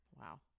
Wow